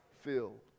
filled